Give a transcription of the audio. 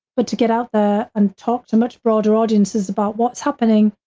but to get out there and talk to much broader audiences about what's happening,